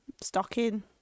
stocking